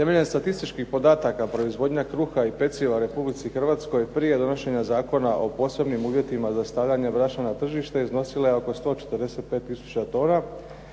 Temeljem statističkih podataka proizvodnja kruha i peciva Republici Hrvatskoj prije donošenja Zakona o posebnim uvjetima za stavljanje brašna na tržište iznosila je oko 145 tisuća tona